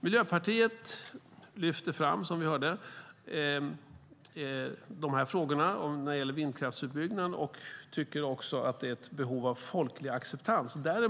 Miljöpartiet lyfte, som vi hörde, fram frågorna om vindkraftsutbyggnad, och tycker också att det finns ett behov av folklig acceptans.